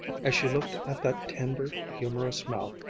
as she looked at that tender, humorous mouth,